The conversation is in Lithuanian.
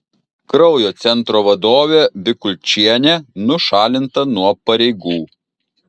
kraujo centro vadovė bikulčienė nušalinta nuo pareigų